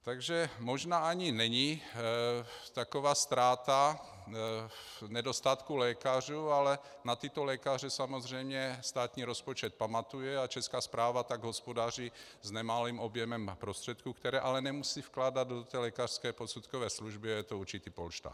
Takže možná ani není taková ztráta v nedostatku lékařů, ale na tyto lékaře samozřejmě státní rozpočet pamatuje a Česká správa tak hospodaří s nemalým objemem prostředků, které ale nemusí vkládat do té lékařské posudkové služby a je to určitý polštář.